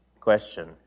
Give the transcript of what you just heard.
question